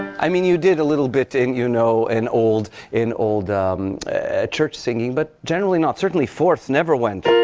i mean you did a little bit in you know and old in old church singing, but generally not. certainly, fourths never went.